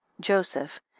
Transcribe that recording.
joseph